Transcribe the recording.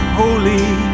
holy